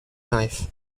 knife